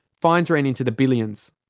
fines ran into the billions.